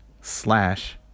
slash